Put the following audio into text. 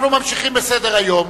אנחנו ממשיכים בסדר-היום,